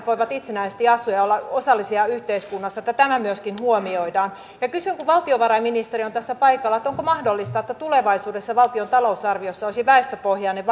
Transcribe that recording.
voivat itsenäisesti asua ja olla osallisia yhteiskunnassa myöskin huomioidaan ja kysyn kun valtiovarainministeri on tässä paikalla onko mahdollista että tulevaisuudessa valtion talousarviossa olisi väestöpohjainen